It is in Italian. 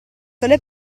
sole